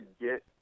get